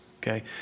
okay